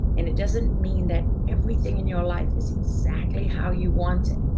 and it doesn't mean that everything in your life is exactly how you want it,